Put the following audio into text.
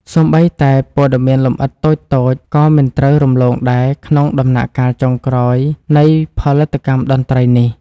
សូម្បីតែព័ត៌មានលម្អិតតូចៗក៏មិនត្រូវរំលងដែរក្នុងដំណាក់កាលចុងក្រោយនៃផលិតកម្មតន្ត្រីនេះ។